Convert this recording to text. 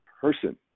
person